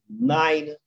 nine